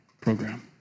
program